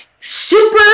Super